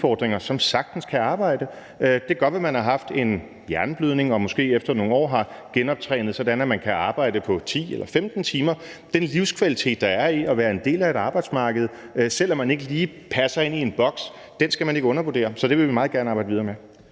som sagtens kan arbejde. Det kan godt være, at man har haft en hjerneblødning og måske efter nogle år har genoptrænet så meget, at man kan arbejde 10 eller 15 timer. Den livskvalitet, der er i at være en del af arbejdsmarkedet, selv om man ikke lige passer ind i en boks, skal man ikke undervurdere. Så det vil vi meget gerne arbejde videre med.